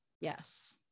Yes